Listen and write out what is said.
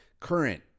Current